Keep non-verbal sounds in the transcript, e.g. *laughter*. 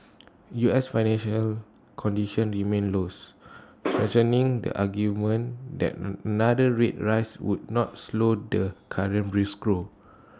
U S financial conditions remain loose *noise* strengthening the argument that *noise* another rate rise would not slow the current brisk growth